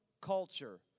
culture